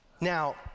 Now